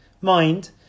mind